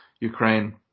Ukraine